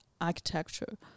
architecture